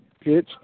pitch